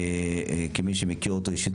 כמי שמכיר אותו אישית,